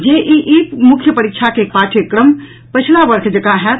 JEE मुख्य परीक्षा के पाठ्यक्रम पछिला वर्ष जकाँ होयत